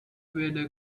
vader